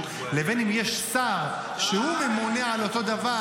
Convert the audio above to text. ובין אם יש שר שהוא ממונה על אותו דבר,